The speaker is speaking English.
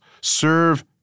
serve